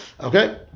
Okay